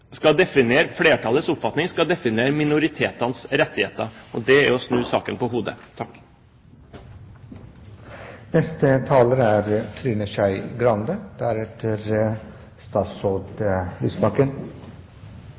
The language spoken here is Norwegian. skal definere minoritetenes rettigheter, og det er å snu saken på hodet. Det meste av lovverket her er